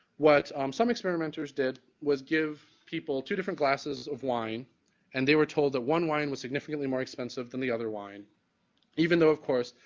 what um some experimenters did was give people two different glasses of wine and they were told that one wine was significantly more expensive than the other wine even though, of course,